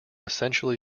essentially